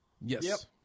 Yes